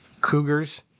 Cougars